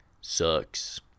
sucks